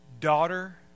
daughter